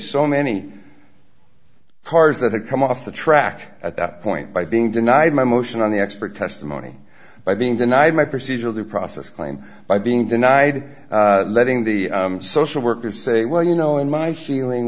so many cars that come off the track at that point by being denied my motion on the expert testimony by being denied my procedural due process claim by being denied letting the social workers say well you know and my feeling